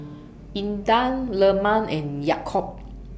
Intan Leman and Yaakob